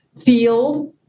field